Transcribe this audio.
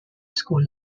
school